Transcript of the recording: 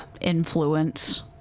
influence